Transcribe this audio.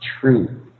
true